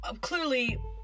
clearly